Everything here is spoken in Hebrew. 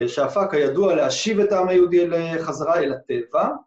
‫ושאפה כידוע להשיב ‫את העם היהודי חזרה אל הטבע.